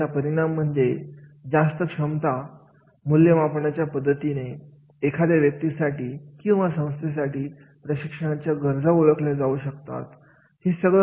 आणि याचा परिणाम म्हणजे जास्त क्षमता मूल्यमापनाच्या मदतीने एखाद्या व्यक्तीसाठी किंवा संस्थेसाठी प्रशिक्षणाच्या गरजा ओळखले जाऊ शकतात